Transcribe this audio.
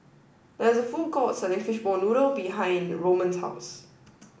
there's a food court selling Fishball Noodle behind Roman's house